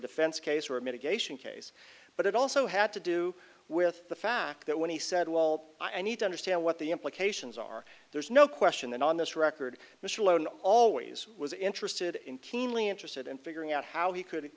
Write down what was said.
defense case or a mitigation case but it also had to do with the fact that when he said wall i need to understand what the implications are there's no question that on this record mr alone always was interested in keenly interested in figuring out how he could